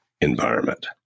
environment